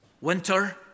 winter